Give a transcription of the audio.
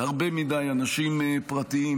רגע.